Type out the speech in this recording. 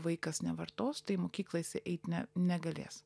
vaikas nevartos tai į mokyklą jisai eit ne negalės